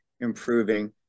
improving